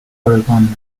oregon